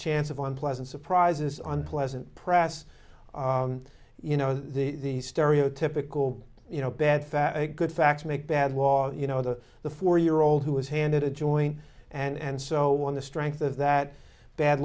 chance of unpleasant surprises on pleasant press you know these stereotypical you know bad fat good facts make bad law you know the the four year old who was handed a joint and so on the strength of that bad